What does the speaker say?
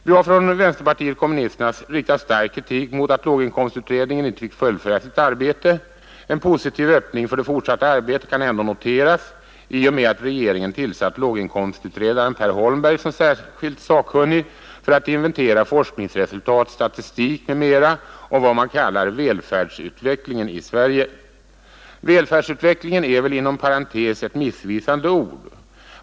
Vi har från vänsterpartiet kommunisterna riktat stark kritik mot att låginkomstutredningen inte fick fullfölja sitt arbete. En positiv öppning för det fortsatta arbetet kan ändå noteras i och med att regeringen tillsatt låginkomstutredaren Per Holmberg som särskild sakkunnig för att inventera forskningsresultat, statistik m.m. om vad man kallar välfärdsutvecklingen i Sverige. Välfärdsutvecklingen är väl inom parentes sagt ett missvisande ord.